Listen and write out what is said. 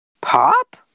Pop